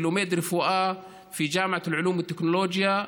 ולומד רפואה (אומר בערבית: באוניברסיטה למדע ולטכנולוגיה)